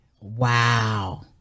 Wow